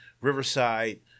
Riverside